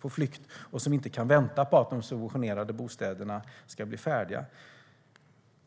på flykt och som inte kan vänta på att de subventionerade bostäderna ska bli färdiga.